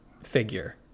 figure